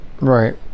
Right